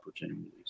opportunities